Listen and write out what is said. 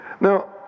Now